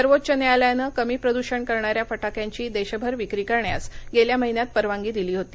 सर्वोच्च न्यायालयानं कमी प्रदूषण करणाऱ्या फटाक्यांची देशभर विक्री करण्यास गेल्या महिन्यात परवानगी दिली होती